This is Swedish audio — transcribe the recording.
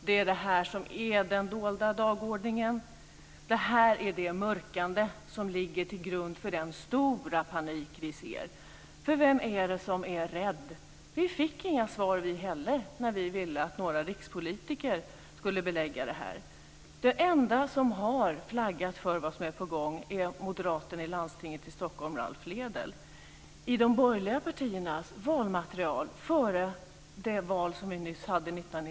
Det är det här som är den dolda dagordningen. Det här är det mörkande som ligger till grund för den stora panik vi ser - för vem är det som är rädd? Inte heller vi fick några svar när vi ville att några rikspolitiker skulle belägga detta. Den ende som har flaggat för vad som är på gång är moderaten i landstinget i Stockholm Ralph Lédel.